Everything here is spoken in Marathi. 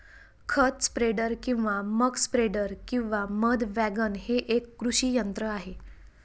खत स्प्रेडर किंवा मक स्प्रेडर किंवा मध वॅगन हे एक कृषी यंत्र आहे